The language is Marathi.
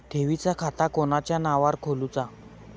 ठेवीचा खाता कोणाच्या नावार खोलूचा?